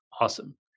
awesome